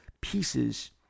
pieces